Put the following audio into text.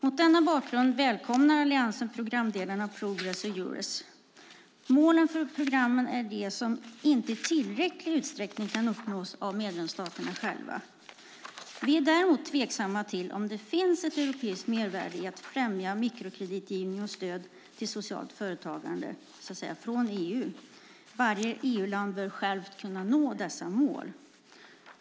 Mot denna bakgrund välkomnar Alliansen programdelarna Progress och Eures. Målen för programmen är det som inte i tillräcklig utsträckning kan uppnås av medlemsstaterna själva. Vi är däremot tveksamma till om det finns ett europeiskt mervärde i att främja mikrokreditgivning och stöd till socialt företagande från EU. Varje EU-land bör självt kunna nå dessa mål.